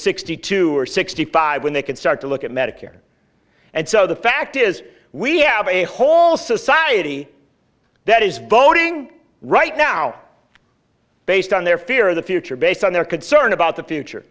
sixty two or sixty five when they can start to look at medicare and so the fact is we have a whole society that is voting right now based on their fear of the future based on their concern about the future